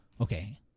Okay